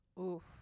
Oof